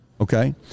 Okay